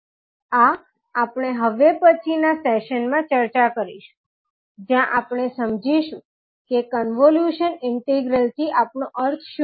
આ આપણે હવે પછીના સેશન માં ચર્ચા કરીશું જ્યાં આપણે સમજીશું કે કોન્વોલ્યુશન ઇન્ટિગ્રલ થી આપણો અર્થ શું છે